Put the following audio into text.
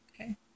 Okay